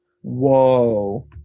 Whoa